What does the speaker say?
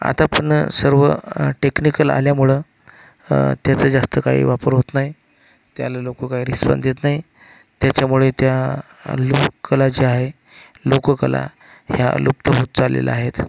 आता पुन्हा सर्व टेक्निकल आल्यामुळं त्याचा जास्त काही वापर होत नाही त्याला लोकं काही रिस्पॉन्स देत नाही त्याच्यामुळे त्या लोककला ज्या आहे लोककला ह्या लुप्त होत चाललेल्या आहेत